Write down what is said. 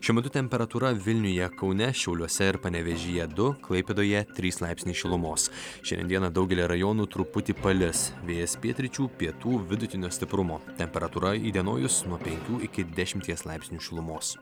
šiuo metu temperatūra vilniuje kaune šiauliuose ir panevėžyje du klaipėdoje trys laipsniai šilumos šiandien dieną daugelyje rajonų truputį palis vėjas pietryčių pietų vidutinio stiprumo temperatūra įdienojus nuo penkių iki dešimties laipsnių šilumos